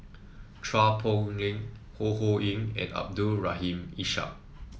Chua Poh Leng Ho Ho Ying and Abdul Rahim Ishak